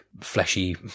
fleshy